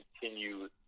continue